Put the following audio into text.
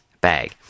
bag